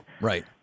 Right